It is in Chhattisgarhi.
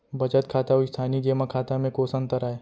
बचत खाता अऊ स्थानीय जेमा खाता में कोस अंतर आय?